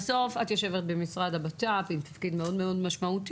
בסוף את יושבת במשרד הבט"פ עם תפקיד מאוד משמעותי,